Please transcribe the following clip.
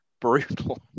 brutal